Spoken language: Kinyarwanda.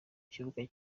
kibuga